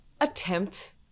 attempt